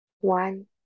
one